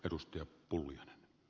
arvoisa puhemies